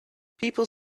people